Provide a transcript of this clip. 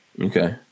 Okay